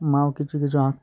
মাও কিছু কিছু আঁকতো